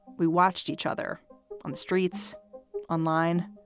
we watched each other on the streets online.